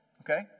okay